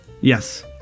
Yes